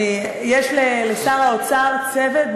יש לשר האוצר צוות,